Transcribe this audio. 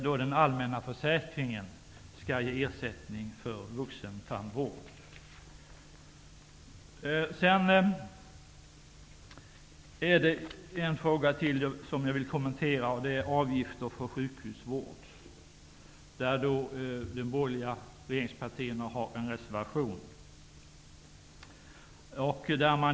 Den allmänna försäkringen skall ge ersättning för vuxentandvård. Jag vill kommentera en annan fråga, och det är avgifter för sjukhusvård, där de borgerliga regeringspartierna har en reservation.